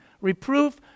reproof